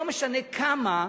לא משנה כמה,